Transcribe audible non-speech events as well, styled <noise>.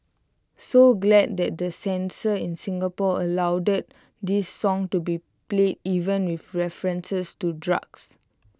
so glad <unintelligible> the censors in Singapore allowed this song to be played even with references to drugs